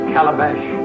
Calabash